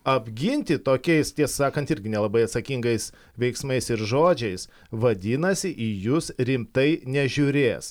apginti tokiais tiesą sakant irgi nelabai atsakingais veiksmais ir žodžiais vadinasi į jus rimtai nežiūrės